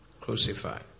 Crucified